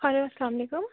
hello اَسَلام علیکُم